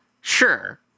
Sure